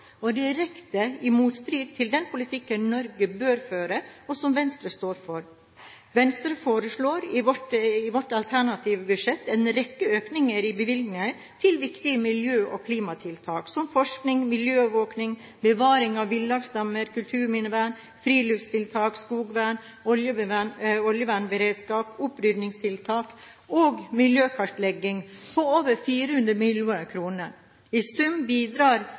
og direkte i motstrid til den politikken Norge bør føre, og som Venstre står for. Vi i Venstre foreslår i vårt alternative budsjett en rekke økninger i bevilgninger til viktige miljø- og klimatiltak som forskning, miljøovervåkning, bevaring av villaksstammen, kulturminnevern, friluftstiltak, skogvern, oljevernberedskap, opprydningstiltak og miljøkartlegging på over 400 mill. kr. I sum bidrar